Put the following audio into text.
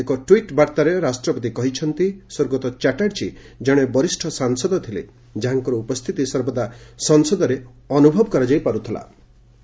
ଏକ ଟ୍ୱିଟ୍ ବାର୍ଭାରେ ରାଷ୍ଟ୍ରପତି କହିଛନ୍ତି ସ୍ୱର୍ଗତ ଚାଟ୍ଟାର୍ଜୀ ଜଣେ ବରିଷ୍ଣ ସାଂସଦ ଥିଲେ ଯାହାଙ୍କର ଉପସ୍ଥିତି ସର୍ବଦା ସଂସଦରେ ଅନ୍ତର୍ଭବ କରାଯାଇପାର୍ତ୍ଥଳା